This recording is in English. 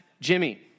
Jimmy